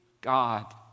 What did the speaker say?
God